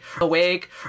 awake